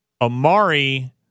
Amari